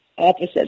opposite